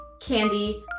candy